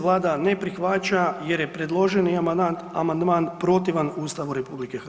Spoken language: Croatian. Vlada ne prihvaća jer je predloženi amandman protivan Ustavu RH.